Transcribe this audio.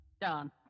done